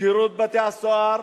שירות בתי-הסוהר